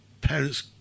parents